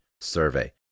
survey